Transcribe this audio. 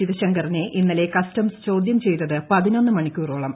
ശിവശങ്കറിനെ ഇന്നലെ കസ്റ്റംസ് ചോദ്യം ചെയ്തത് പതിനൊന്ന് മണിക്കൂറോളം